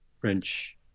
French